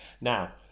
now